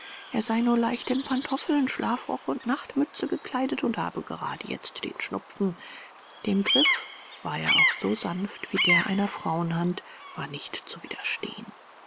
er sei nur leicht in pantoffeln schlafrock und nachtmütze gekleidet und habe gerade jetzt den schnupfen dem griff war er auch so sanft wie der einer frauenhand war nicht zu widerstehen